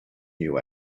new